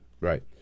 Right